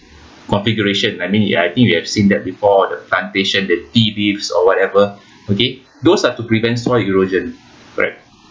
configuration I mean I think you have seen that before the plantation the tea leaves or whatever okay those are to prevent soil erosion right